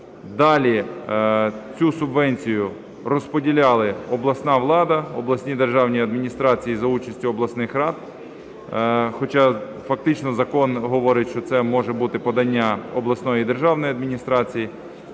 Далі цю субвенцію розподіляла обласна рада, обласні державні адміністрації за участю обласних рад, хоча фактично закон говорить, що це може бути подання обласної державної адміністрації.